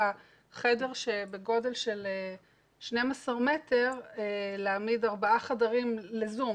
חדר בגודל של 12 מטר להעמיד ארבעה חדרים ל"זום".